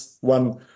one